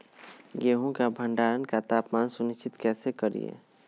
गेहूं का भंडारण का तापमान सुनिश्चित कैसे करिये?